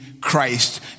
Christ